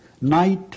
Night